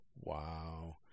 wow